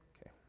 Okay